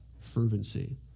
fervency